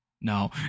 no